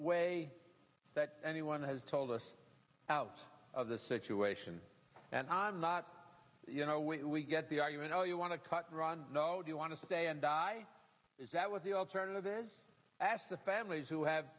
way that anyone has told us out of the situation and i'm not you know we get the argument oh you want to cut and run do you want to stay and die is that what the alternative is ask the families who have